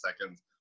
seconds